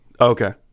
Okay